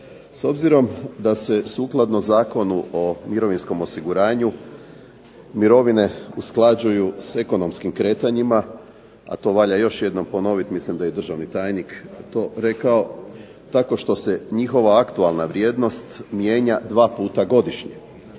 S obzirom da se sukladno Zakonu o mirovinskom osiguranju mirovine usklađuju sa ekonomskim kretanjima, a to valja još jednom ponoviti. Mislim da je to i državni tajnik rekao tako što se njihova aktualna vrijednost mijenja dva puta godišnje